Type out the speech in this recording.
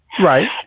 Right